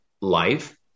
life